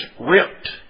ripped